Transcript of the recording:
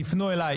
תיפנו אליי.